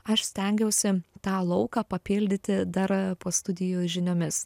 aš stengiausi tą lauką papildyti dar po studijų žiniomis